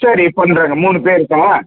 சரி பண்ணுறேங்க மூணு பேருக்கா